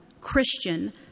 Christian